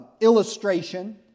illustration